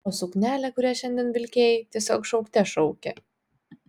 o suknelė kurią šiandien vilkėjai tiesiog šaukte šaukė